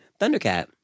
Thundercat